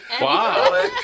Wow